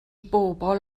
bobl